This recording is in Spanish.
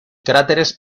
cráteres